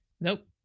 Nope